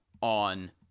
on